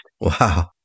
Wow